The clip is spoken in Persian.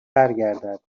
برگردد